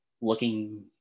looking